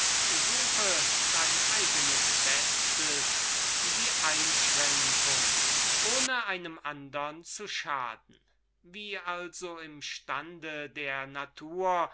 suche dein eignes bestes die einschränkung ohne einem andern zu schaden wie also im stande der natur